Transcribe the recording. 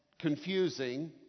confusing